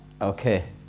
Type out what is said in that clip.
Okay